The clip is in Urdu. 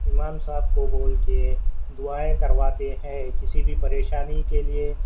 امام صاحب کو بول کے دعائیں کرواتے ہیں کسی بھی پریشانی کے لیے